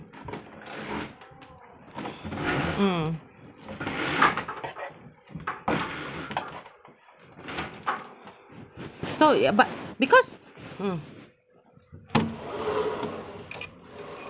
mm so ya but because mm